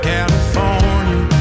California